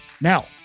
Now